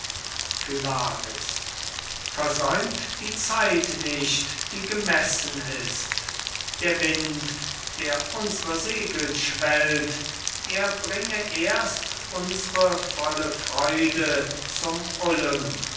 pylades versäumt die zeit nicht die gemessen ist der wind der unsre segel schwellt er bringe erst unsre volle freude zum olymp